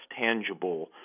tangible